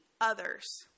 others